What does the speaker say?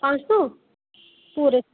पंज सौ पूरे